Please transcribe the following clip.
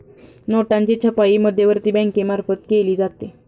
नोटांची छपाई मध्यवर्ती बँकेमार्फत केली जाते